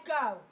go